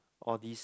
all these